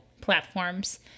platforms